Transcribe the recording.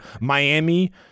Miami